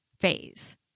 phase